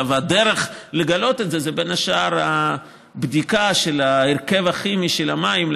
הדרך לגלות את זה היא בין השאר בדיקה של ההרכב הכימי של המים,